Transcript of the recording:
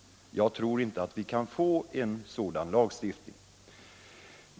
Jag tror inte att vi kan få en sådan lagstiftning.